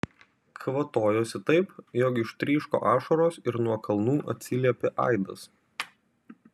kvatojosi taip jog ištryško ašaros ir nuo kalnų atsiliepė aidas